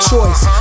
Choice